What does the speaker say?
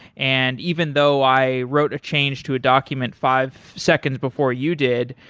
and even though i wrote a change to a document five seconds before you did,